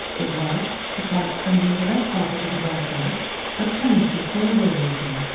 it was apart from the indirect profit he derived from it a clemency full worthy of him.